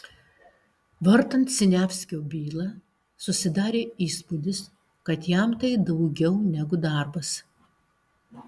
vartant siniavskio bylą susidarė įspūdis kad jam tai daugiau negu darbas